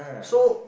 so